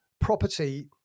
property